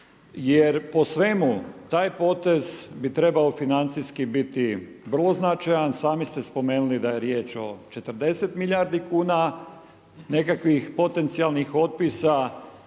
jer po svemu taj potez bi trebao financijski biti vrlo značajan. Sami ste spomenuli da je riječ o 40 milijardi kuna nekakvih potencijalnih otpisa,